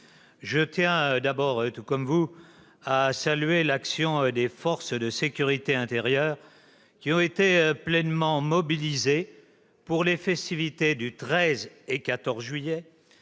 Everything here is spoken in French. Vincent Delahaye, tout comme vous, je tiens à saluer l'action des forces de sécurité intérieure, qui ont été pleinement mobilisées pour les festivités des 13 et 14 juillet,